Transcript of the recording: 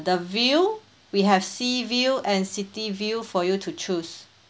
the view we have sea view and city view for you to choose